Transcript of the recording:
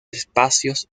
espacios